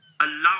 Allow